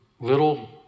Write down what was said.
little